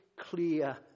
clear